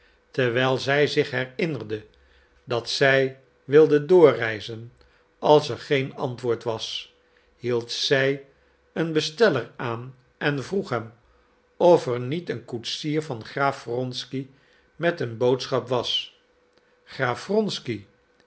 terwijl zij zich herinnerde dat zij wilde doorreizen als er geen antwoord was hield zij een besteller aan en vroeg hem of er niet een koetsier van graaf wronsky met een boodschap was graaf